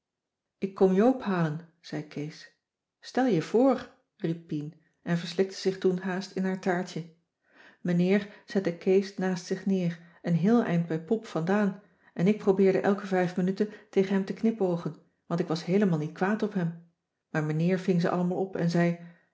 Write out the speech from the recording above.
ik kom joop halen zei kees stel je voor riep pien en verslikte zich toen haast in haar taartje meneer zette kees naast zich neer een heel eind bij pop vandaan en ik probeerde elke vijf minuten tegen hem te knipoogen want ik was heelemaal niet kwaad op hem maar meneer ving ze allemaal op en hij zei